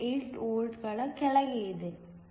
48 ವೋಲ್ಟ್ಗಳ ಕೆಳಗೆ ಇದೆ